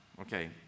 Okay